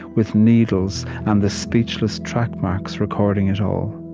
with needles and the speechless track marks recording it all